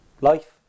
Life